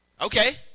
Okay